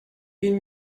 vint